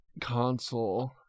console